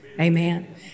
Amen